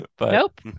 Nope